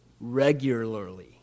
regularly